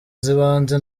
z’ibanze